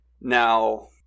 Now